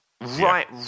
Right